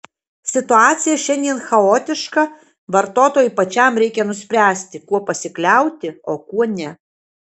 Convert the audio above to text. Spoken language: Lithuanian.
situacija šiandien chaotiška vartotojui pačiam reikia nuspręsti kuo pasikliauti o kuo ne